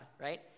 right